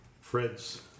Fred's